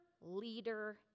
Leader